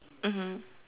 mmhmm